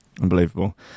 Unbelievable